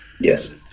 Yes